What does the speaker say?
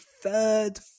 third